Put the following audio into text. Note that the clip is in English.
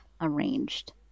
arranged